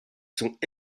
sont